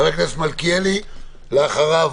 חבר הכנסת מלכיאלי, אחריו